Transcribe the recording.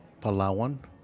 Palawan